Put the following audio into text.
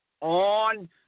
on